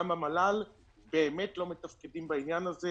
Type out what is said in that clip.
כשהממשלה הזאת מחליטה לא להכניס בני זוג,